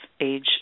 age